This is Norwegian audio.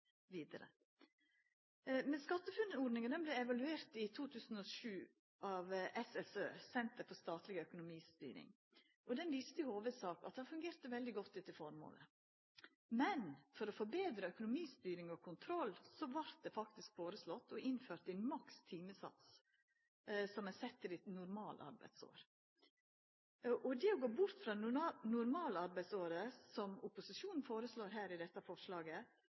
bra. Men eg er heilt sikker på at dei har rett, dei som seier at vi kan forenkla og gjera dette endå betre vidare. SkatteFUNN-ordninga vart evaluert i 2007 av SSØ, Senter for statleg økonomistyring. Det viste i hovudsak at ordninga har fungert veldig godt etter formålet. Men for å få betre økonomistyring og kontroll vart det foreslått å innføra ein maks timesats, som er sett til eit normalarbeidsår. Det å gå bort frå